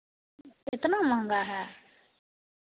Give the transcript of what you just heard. इतना महँगा है